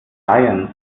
science